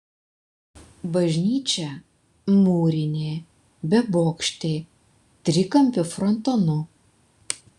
bažnyčia mūrinė bebokštė trikampiu frontonu